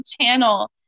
channel